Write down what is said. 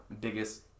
biggest